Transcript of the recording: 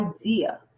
idea